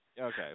Okay